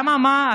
אממה,